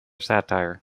satire